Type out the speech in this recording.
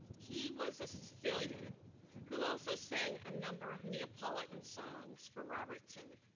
he was a sicilian who also sang a number of neapolitan songs for robertson.